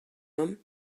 homme